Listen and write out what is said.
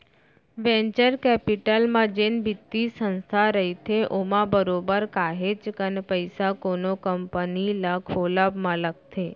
venture capital म जेन बित्तीय संस्था रहिथे ओमा बरोबर काहेच कन पइसा कोनो कंपनी ल खोलब म लगथे